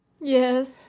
Yes